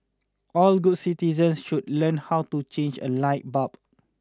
all good citizens should learn how to change a light bulb